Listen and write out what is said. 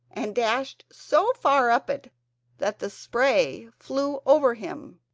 and dashed so far up it that the spray flew over him.